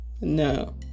no